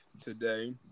today